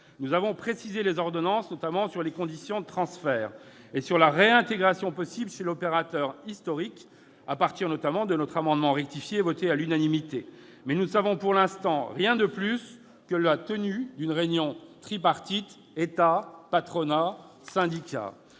Nous avons précisé les ordonnances, notamment sur les conditions de transfert et sur la réintégration possible chez l'opérateur historique par le biais de notre amendement rectifié, voté à l'unanimité. Mais nous ne savons pour l'instant rien de plus que la tenue d'une réunion tripartite État-patronat-syndicats.